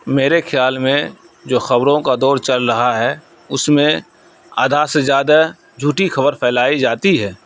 میرے خیال میں جو خبروں کا دور چل رہا ہے اس میں آدھا سے زیادہ جھوٹی خبر پھیلائی جاتی ہے